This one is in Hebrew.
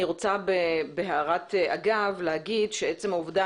אני רוצה בהערת אגב להגיד שעצם העובדה